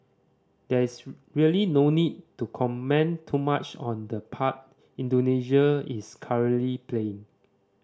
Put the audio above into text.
there is really no need to comment too much on the part Indonesia is currently playing